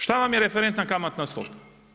Šta vam je referentna kamatna stopa.